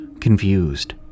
confused